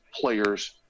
players